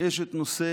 יש את הנושא